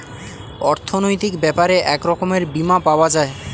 অর্থনৈতিক ব্যাপারে এক রকমের বীমা পাওয়া যায়